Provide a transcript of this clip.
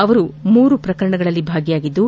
ಅವರು ಮೂರು ಪ್ರಕರಣಗಳಲ್ಲಿ ಭಾಗಿಯಾಗಿದ್ದು